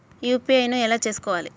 UPI ను ఎలా చేస్కోవాలి?